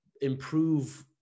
improve